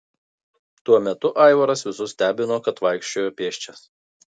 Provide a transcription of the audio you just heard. tuo metu aivaras visus stebino kad vaikščiojo pėsčias